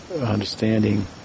understanding